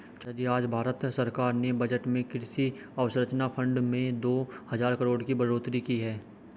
चाचाजी आज भारत सरकार ने बजट में कृषि अवसंरचना फंड में दो हजार करोड़ की बढ़ोतरी की है